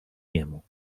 niemu